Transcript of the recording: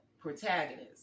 protagonist